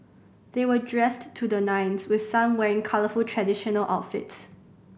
they were dressed to the nines with some wearing colourful traditional outfits